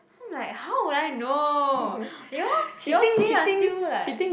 I'm like how would I know you all you all say until like